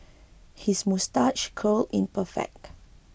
his moustache curl in perfect